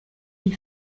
les